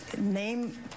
Name